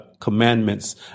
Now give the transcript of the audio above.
commandments